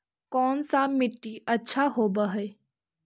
कोन सा मिट्टी अच्छा होबहय?